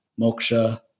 Moksha